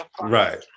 right